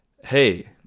Hey